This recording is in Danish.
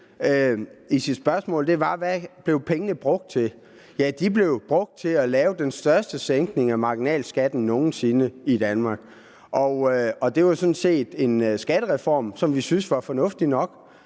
i sit spørgsmål, var, hvad pengene blev brugt til. De blev brugt til at lave den største sænkning af marginalskatten nogen sinde i Danmark. Og det var sådan set en skattereform, som vi syntes var fornuftig nok.